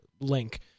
link